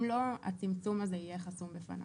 אם לא, הצמצום הזה יהיה חסום בפניו.